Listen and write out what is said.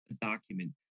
document